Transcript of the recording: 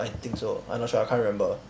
I think so I not sure I can't remember